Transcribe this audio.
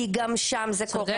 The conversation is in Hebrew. כי גם שם זה קורה,